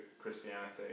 Christianity